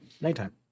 Nighttime